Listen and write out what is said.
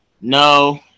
No